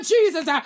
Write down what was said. Jesus